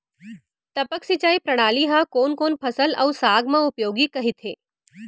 टपक सिंचाई प्रणाली ह कोन कोन फसल अऊ साग म उपयोगी कहिथे?